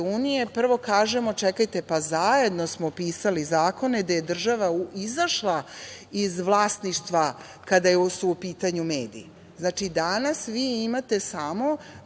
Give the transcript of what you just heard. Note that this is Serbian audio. iz EU, prvo kažemo – čekajte, zajedno smo pisali zakone gde je država izašla iz vlasništva kada su u pitanju mediji. Znači, danas vi imate samo